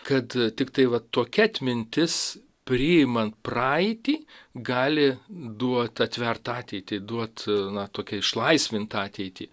kad tiktai va tokia atmintis priimant praeitį gali duot atvert ateitį duot na tokią išlaisvintą ateitį